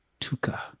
Tuka